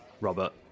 Robert